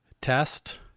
Test